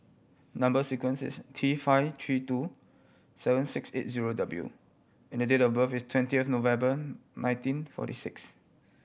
number sequence is T five three two seven six eight zero W and date of birth is twenty of November nineteen forty six